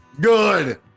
Good